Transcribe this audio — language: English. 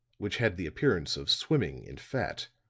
which had the appearance of swimming in fat,